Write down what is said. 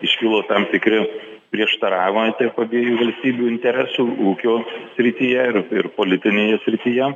iškilo tam tikri prieštaravimai tarp abiejų valstybių interesų ūkio srityje ir ir politinėje srityje